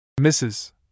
Mrs